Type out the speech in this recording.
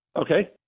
Okay